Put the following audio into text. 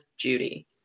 Judy